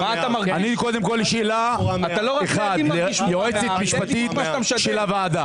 קודם כל שאלה אחת ליועצת המשפטית של הוועדה.